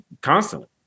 constantly